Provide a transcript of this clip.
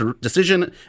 decision